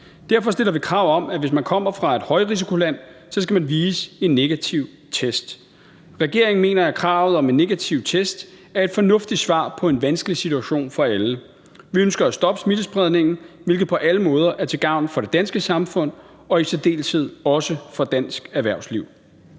Derfor stiller vi krav om, at hvis man kommer fra et højrisikoland, skal man vise en negativ test. Regeringen mener, at kravet om en negativ test er et fornuftigt svar på en vanskelig situation for alle. Vi ønsker at stoppe smittespredningen, hvilket på alle måder er til gavn for det danske samfund og i særdeleshed også for dansk erhvervsliv.